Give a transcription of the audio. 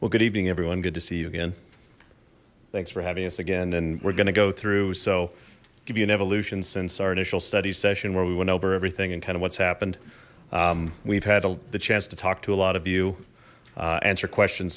well good evening everyone good to see you again thanks for having us again and we're gonna go through so give you an evolution since our initial study session where we went over everything and kind of what's happened we've had the chance to talk to a lot of you answer questions